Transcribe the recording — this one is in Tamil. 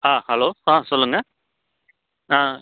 ஆ ஹலோ ஆ சொல்லுங்கள் ஆ